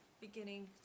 beginning